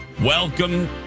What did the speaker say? Welcome